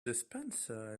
dispenser